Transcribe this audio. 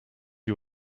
you